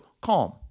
CALM